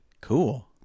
Cool